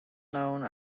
known